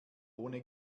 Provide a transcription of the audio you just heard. ohne